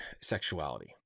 sexuality